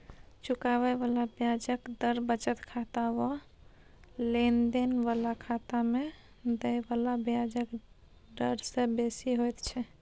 चुकाबे बला ब्याजक दर बचत खाता वा लेन देन बला खाता में देय बला ब्याजक डर से बेसी होइत छै